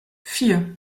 vier